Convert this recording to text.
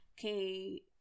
okay